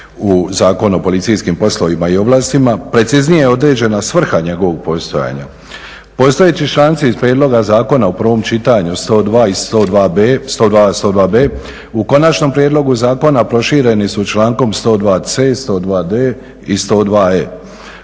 u Zakon o policijskim poslovima i ovlastima, preciznije je određena svrha njegovog postojanja. Postojeći članci iz prijedloga zakona u prvom čitanju 102. i 102.b u konačnom prijedlogu zakona prošireni su člankom 102.c, 102.d i 102.e.